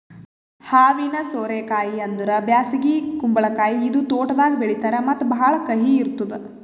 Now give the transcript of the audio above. ಹಾವಿನ ಸೋರೆ ಕಾಯಿ ಅಂದುರ್ ಬ್ಯಾಸಗಿ ಕುಂಬಳಕಾಯಿ ಇದು ತೋಟದಾಗ್ ಬೆಳೀತಾರ್ ಮತ್ತ ಭಾಳ ಕಹಿ ಇರ್ತುದ್